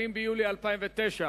20 ביולי 2009,